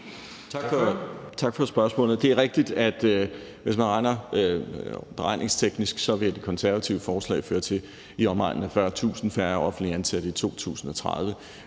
Tak for spørgsmålet. Det er rigtigt, at hvis man regner beregningsteknisk, vil det konservative forslag føre til i omegnen af 40.000 færre offentligt ansatte i 2030.